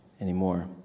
anymore